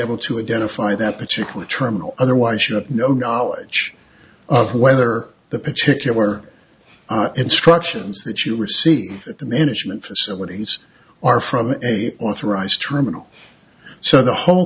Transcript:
able to identify that particular terminal otherwise you have no knowledge of whether the particular instructions that you received at the management facilities are from a authorized terminal so the whole